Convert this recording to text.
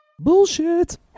bullshit